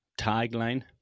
tagline